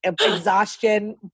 exhaustion